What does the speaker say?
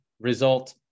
result